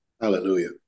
Hallelujah